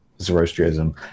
Zoroastrianism